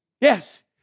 Yes